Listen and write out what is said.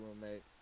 roommate